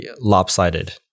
lopsided